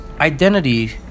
identity